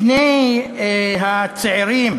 שני הצעירים